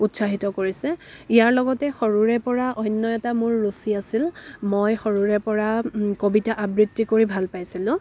উৎসাহিত কৰিছে ইয়াৰ লগতে সৰুৰে পৰা অন্য এটা মোৰ ৰুচি আছিল মই সৰুৰে পৰা কবিতা আবৃত্তি কৰি ভাল পাইছিলোঁ